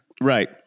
Right